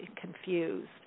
confused